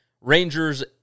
Rangers